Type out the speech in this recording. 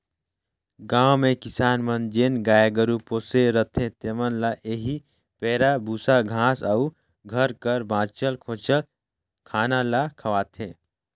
गाँव में किसान मन जेन गाय गरू पोसे रहथें तेमन ल एही पैरा, बूसा, घांस अउ घर कर बांचल खोंचल खाना ल खवाथें